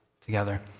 together